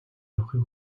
явахыг